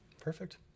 perfect